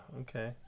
okay